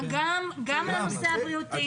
גם על הנושא הבריאותי,